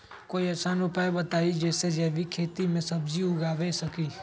कोई आसान उपाय बताइ जे से जैविक खेती में सब्जी उगा सकीं?